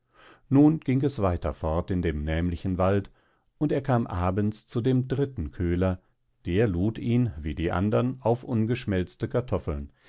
nun ging es weiter fort in dem nämlichen wald und er kam abends zu dem dritten köhler der lud ihn wie die andern auf ungeschmelzte kartoffeln